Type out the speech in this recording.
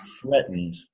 threatened